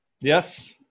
Yes